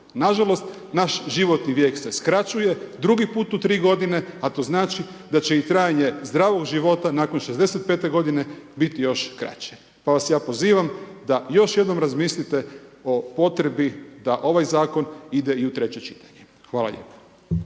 Nažalost, naš životni vijek se skraćuje,. 2 put u 3 g. a to znači da će i trajanje zdravog života, nakon 65 g. biti još kraći, pa vas ja pozivam, da još jednom razmislite o potrebi da ovaj zakon ide i u 3 čitanje. Hvala lijepo.